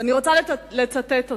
ואני רוצה לצטט אותו: